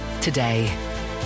today